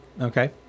Okay